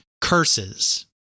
curses